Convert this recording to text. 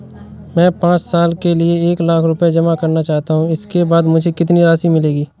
मैं पाँच साल के लिए एक लाख रूपए जमा करना चाहता हूँ इसके बाद मुझे कितनी राशि मिलेगी?